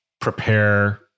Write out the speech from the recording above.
prepare